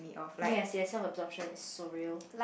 yes yes self absorption is so real